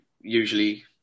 usually